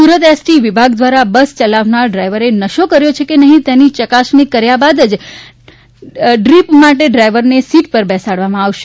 Surat S T વિભાગ દ્વારા bus ચલાવનાર ડ્રાઇવરે નશો કર્યો છે કે નફી તેની ચકાસણી કર્યા બાદ જ ટ્રીપ માટે ડ્રાઈવરને સીટ પર બેસાડવામાં આવે છે